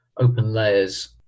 open-layers